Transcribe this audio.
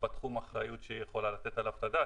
היא לא בתחום האחריות שהיא יכולה לתת עליו את הדעת.